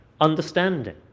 understanding